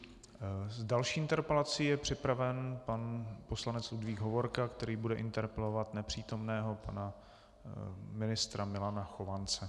S další interpelací je připraven pan poslanec Ludvík Hovorka, který bude interpelovat nepřítomného pana ministra Milana Chovance.